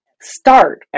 start